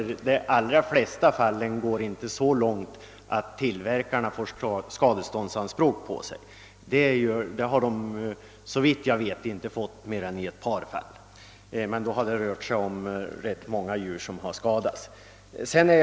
I de allra flesta fallen har man inte gått så långt som till att ställa skadeståndsanspråk på = tillverkaren. Detta har, såvitt jag vet, bara inträffat några gånger, men då har det å andra sidan rört sig om rätt många skadade djur.